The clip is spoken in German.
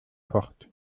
fort